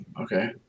okay